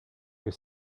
que